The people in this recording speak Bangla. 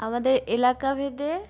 আমাদের এলাকাভেদে